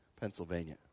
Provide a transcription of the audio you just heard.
Pennsylvania